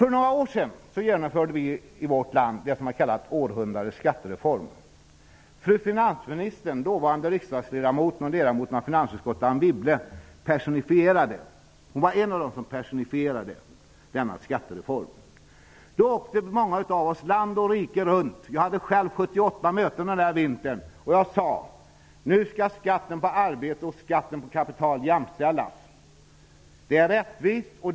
För några år sedan genomförde vi i vårt land vad som har kallats för århundradets skattereform. dåvarande riksdagsledamoten och ledamoten av finansutskottet -- var en av dem som personifierade denna skattereform. Många av oss politiker åkte land och rike runt. Själv hade jag 78 möten den vintern. Jag sade: Nu skall skatten på arbete och skatten på kapital jämställas. Det är rättvist.